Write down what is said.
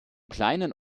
kleinen